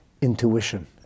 intuition